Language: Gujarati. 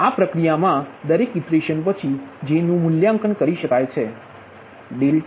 તેથી આ પ્રક્રિયામાં દરેક ઇટરેશન પછી J નુ મૂલ્યાંકન કરી શકાય છે